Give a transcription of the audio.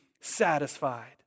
satisfied